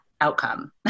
outcome